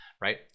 right